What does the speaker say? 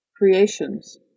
creations